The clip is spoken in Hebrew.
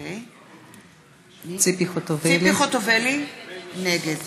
ציפי חוטובלי, נגד